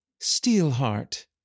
Steelheart